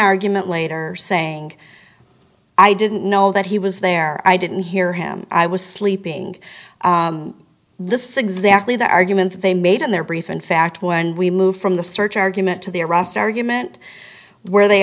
argument later saying i didn't know that he was there i didn't hear him i was sleeping this is exactly the argument that they made in their brief in fact when we move from the search argument to the arrest argument where they